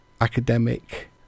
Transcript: academic